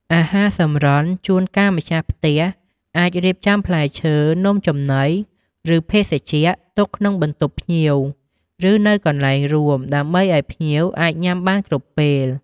អាហារសម្រន់ ជួនកាល ម្ចាស់ផ្ទះអាចរៀបចំផ្លែឈើ នំចំណី ឬភេសជ្ជៈទុកក្នុងបន្ទប់ភ្ញៀវ ឬនៅកន្លែងរួម ដើម្បីឱ្យភ្ញៀវអាចញ៉ាំបានគ្រប់ពេល។